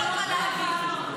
הוא לא טורח לענות.